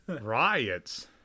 riots